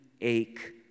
ache